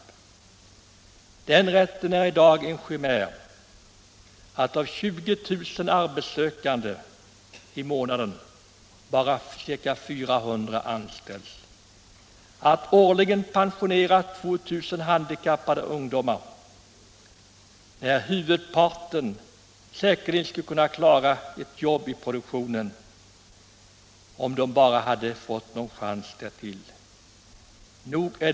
Men rätten till arbete är i dag en chimär, när 20 000 arbetssökande står i kö och bara 400 kan anställas, och när 2000 handikappade ungdomar pensioneras årligen, av vilka säkerligen huvudparten skulle kunna klara ett jobb i produktionen, om de fick en chans till detta.